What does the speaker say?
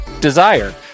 Desire